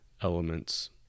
elements